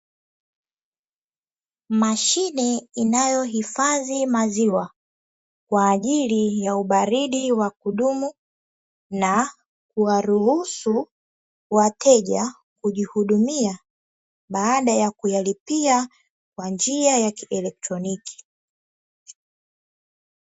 Mashine inayohifadhi maziwa kwa ajili ya ubaridi wa kudumu, na kuwaruhusu wateja kujihudumia baada ya kuyalipia, kwa njia ya kieletroniki.